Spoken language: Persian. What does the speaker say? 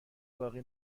باقی